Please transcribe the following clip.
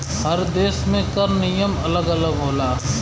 हर देस में कर नियम अलग अलग होला